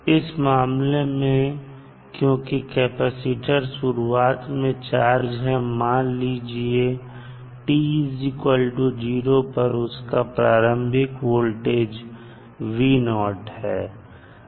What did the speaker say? इस मामले में क्योंकि कैपेसिटर शुरुआत में चार्ज है मान लीजिए t0 पर उसका प्रारंभिक वोल्टेज V0 है